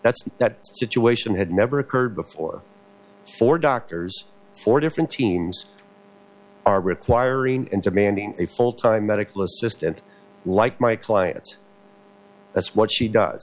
that's that situation had never occurred before for doctors for different teams are requiring and demanding a full time medical assistant like my clients that's what she does